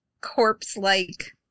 corpse-like